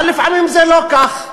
אבל לפעמים זה לא כך.